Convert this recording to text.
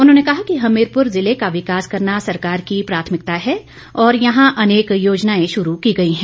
उन्होंने कहा कि हमीरपुर ज़िले का विकास करना सरकार की प्राथमिकता है और यहां अनेक योजनाए शुरू की गई हैं